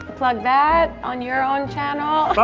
plug that on your own channel.